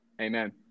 Amen